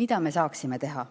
me saaksime teha?